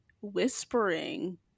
whispering